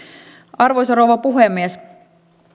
arvoisa rouva puhemies